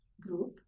group